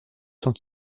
cents